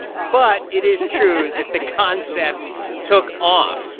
but it is true that the concept took off.